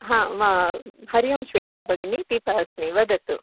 हरिः ओं श्वेता भगिनी दीपः अस्मि वदतु